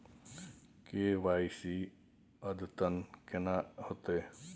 KYC अद्यतन केना होतै?